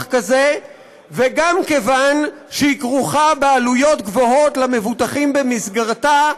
כזה וגם מכיוון שהיא כרוכה בעלויות גבוהות למבוטחים במסגרתה,